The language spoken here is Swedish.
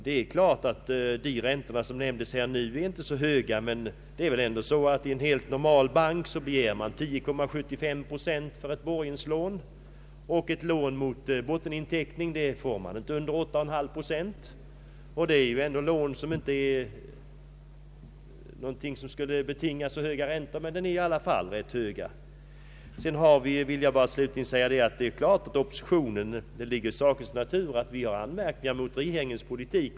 Det är klart att de räntor som här nämndes inte är så höga, men i en vanlig bank begärs nu en ränta av 10,75 procent för ett borgenslån, och ett lån mot botteninteckning kan inte erhållas under 8,5 procent. Det är ju ändå fråga om lån som inte skulle behöva betinga så höga räntor. Jag vill slutligen säga att det ligger i sakens natur att oppositionspartierna riktar anmärkningar mot regeringens politik.